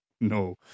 no